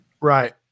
Right